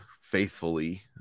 faithfully